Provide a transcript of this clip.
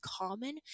common